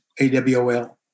AWOL